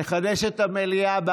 נחדש את המליאה